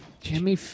Jimmy